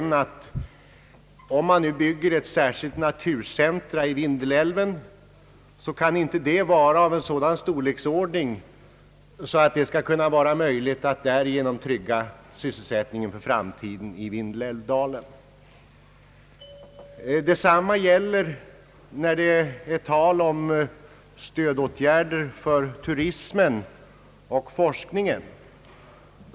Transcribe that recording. även om man bygger ett särskilt naturcentrum vid Vindelälven kan detta inte vara av den storleksordningen att det för framtiden kan trygga sysselsättningen där. Detsamma gäller när det är tal om stödåtgärder för turismen och forskningen.